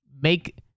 make